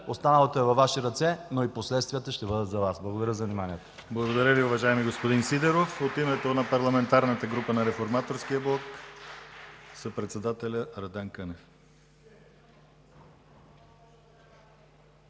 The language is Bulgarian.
Останалото е във Ваши ръце, но и последствията ще бъдат за Вас. Благодаря за вниманието.